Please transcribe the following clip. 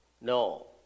No